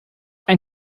ein